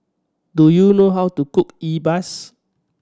do you know how to cook e buas